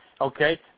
okay